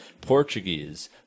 Portuguese